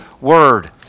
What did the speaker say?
Word